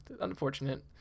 unfortunate